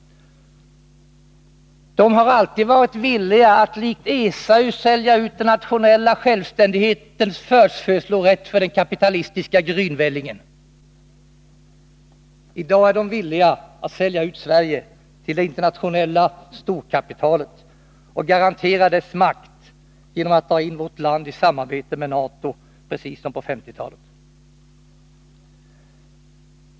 De har alltid varit villiga att likt Esau sälja ut den nationella självständighetens förstfödslorätt för den kapitalistiska grynvällingen. I dag är de villiga att sälja ut Sverige till det internationella storkapitalet och garantera dess makt genom att dra in vårt land i samarbete med NATO, precis som på 1950-talet.